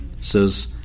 says